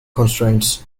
constraints